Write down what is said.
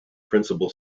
principal